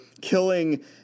killing